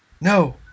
No